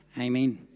Amen